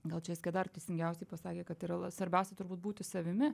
gal čia eskedar teisingiausiai pasakė kad yra svarbiausia turbūt būti savimi